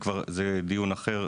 זה כבר דיון אחר.